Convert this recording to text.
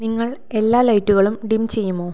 നിങ്ങൾ എല്ലാ ലൈറ്റുകളും ഡിം ചെയ്യുമോ